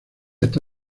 está